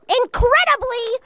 incredibly